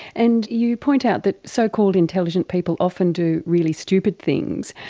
and you point out that so-called intelligent people often do really stupid things,